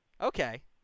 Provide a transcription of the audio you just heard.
Okay